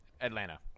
atlanta